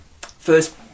first